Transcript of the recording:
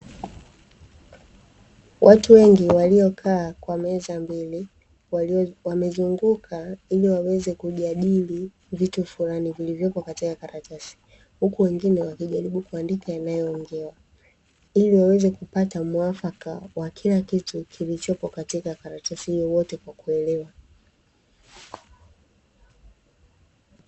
Watu wengi waliokaa kwa meza mbili, wamezunguka ili waweze kujadili vitu fulani vilivyoko katika karatasi. Huku wengine wakijaribu kuandika yanayoongelewa ili waweze kupata muafaka wa kila kitu kilichopo katika karatasi hiyo, wote kwa kuelewa.